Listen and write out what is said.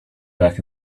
back